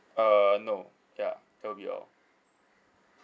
err no ya that'll be all